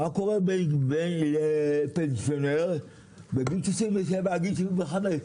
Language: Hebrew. מה קורה לפנסיונר מגיל 67 עד גיל 75?